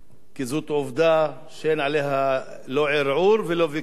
כי זאת עובדה שאין עליה לא ערעור ולא ויכוח.